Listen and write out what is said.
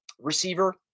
receiver